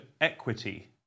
equity